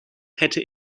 hätte